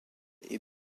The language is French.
est